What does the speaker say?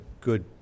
good